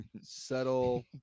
settle